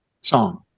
song